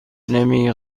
نمی